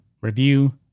review